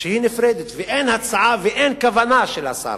היא נפרדת, ואין הצעה ואין כוונה של השר,